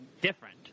different